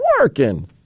working